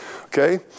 Okay